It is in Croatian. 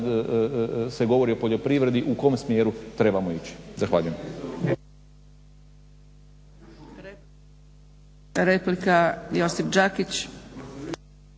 se govori o poljoprivredi u kom smjeru trebamo ići. Zahvaljujem.